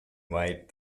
might